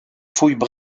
fouilles